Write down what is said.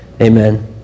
Amen